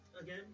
again